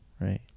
Right